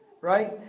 right